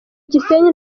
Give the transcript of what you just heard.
gisenyi